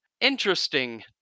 interesting